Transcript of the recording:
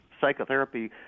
psychotherapy